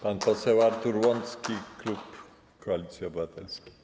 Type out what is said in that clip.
Pan poseł Artur Łącki, klub Koalicji Obywatelskiej.